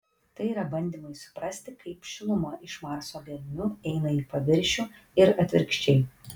tai yra bandymai suprasti kaip šiluma iš marso gelmių eina į paviršių ir atvirkščiai